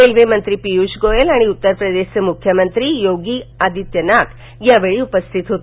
railway मंत्री पिय़ष गोयल आणि उत्तर प्रदेशचे मुख्यमंत्री योगी आदित्यनाथ यावेळी उपस्थित होते